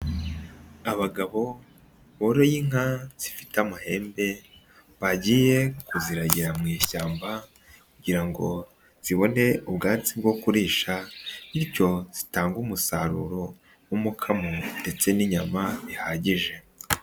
Abagabo boroye inka zifite amahembe bagiye kuziragira mu ishyamba kugira ngo zibone ubwatsi bwo kurisha, bityo zitangage umusaruro w'umukamo ndetse n'inyama bihagije.